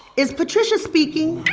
is patricia speaking?